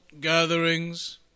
gatherings